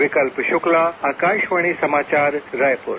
विकल्प शुक्ला आकाशवाणी समाचार रायपुर